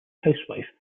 housewife